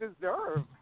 deserve